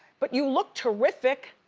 but you look terrific,